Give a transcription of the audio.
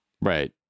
right